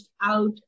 out